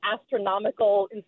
astronomical